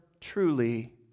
truly